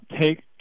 Take